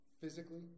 Physically